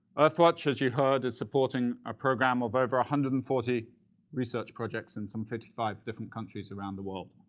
earthwatch, as you heard, is supporting a program of over a one hundred and forty research projects in some fifty five different countries around the world.